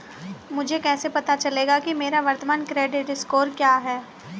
मुझे कैसे पता चलेगा कि मेरा वर्तमान क्रेडिट स्कोर क्या है?